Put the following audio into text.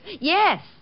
Yes